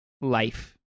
life